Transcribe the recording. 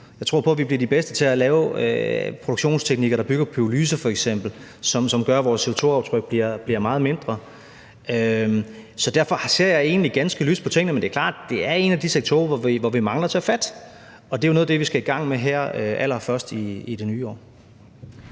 Jeg tror på, at vi bliver de bedste til at lave produktionsteknikker, der f.eks. bygger på pyrolyse, som gør, at vores CO2-aftryk bliver meget mindre. Derfor ser jeg egentlig ganske lyst på tingene, men det er klart, at det er en af de sektorer, hvor vi mangler at tage fat, og det er jo noget af det, vi skal i gang med her allerførst i det nye år.